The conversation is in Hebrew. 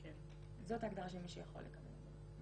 זאת ההגדרה של מי שיכול לקבל.